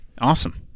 Awesome